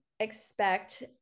expect